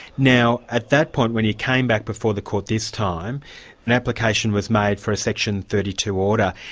now at that point when you came back before the court this time, an application was made for a section thirty two order.